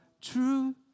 true